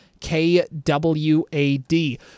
KWAD